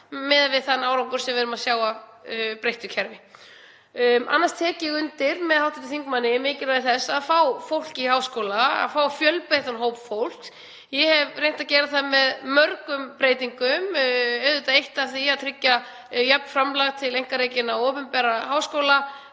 miðað við þann árangur sem við erum að sjá af breyttu kerfi. Annars tek ég undir með hv. þingmanni um mikilvægi þess að fá fólk í háskóla, að fá fjölbreyttan hóp fólks. Ég hef reynt að stuðla að því með mörgum breytingum. Ein af þeim er að tryggja jafnt framlag til einkarekinna og opinberra háskóla,